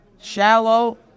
Shallow